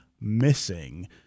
missing